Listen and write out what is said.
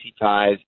ties